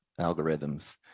algorithms